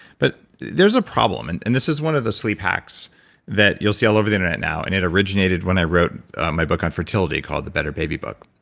but there's a problem and and this is one of the sleep hacks and you'll see all over the internet now. and it originated when i wrote my book on fertility called the better baby book.